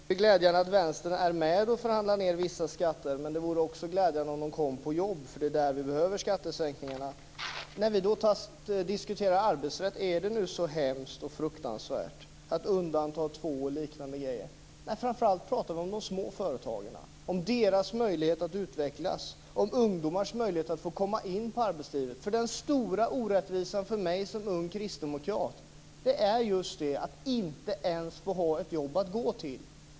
Fru talman! Det är glädjande att Vänstern är med och förhandlar ned vissa skatter. Men det vore också glädjande om de kom när det gäller jobb, för det är där vi behöver skattesänkningarna. När vi nu diskuterar arbetsrätt, är det då så hemskt och fruktansvärt att undanta två personer och liknande grejer? Vi pratar framför allt om de små företagen och om deras möjlighet att utvecklas. Vi pratar om ungdomars möjlighet att få komma in i arbetslivet. Den stora orättvisan för mig som ung kristdemokrat är just att inte ens få ha ett jobb att gå till.